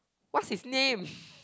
what's his name